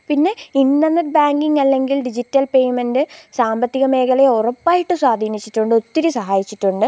പിന്നെ internet banking അല്ലെങ്കിൽ digital payment സാമ്പത്തിക മേഖലയെ ഉറപ്പായിട്ട് സ്വാധീനിച്ചിട്ടുണ്ട് ഒത്തിരി സഹായിച്ചിട്ടുണ്ട്